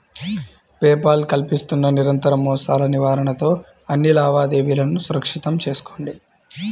pay Paul కల్పిస్తున్న నిరంతర మోసాల నివారణతో అన్ని లావాదేవీలను సురక్షితం చేసుకోండి